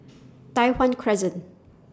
Tai Hwan Crescent